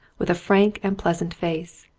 with a frank and pleasant face.